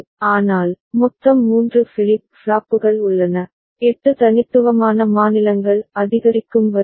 ஆனால் மொத்தம் மூன்று ஃபிளிப் ஃப்ளாப்புகள் உள்ளன 8 தனித்துவமான மாநிலங்கள் அதிகரிக்கும் வரிசை